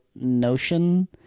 notion